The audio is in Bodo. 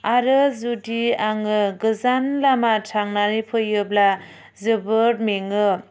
आरो जुदि आङो गोजान लामा थांनानै फैयोब्ला जोबोद मेङो